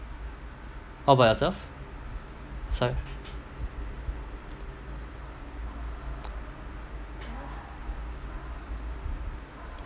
what about yourself so